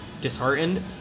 disheartened